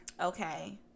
Okay